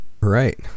Right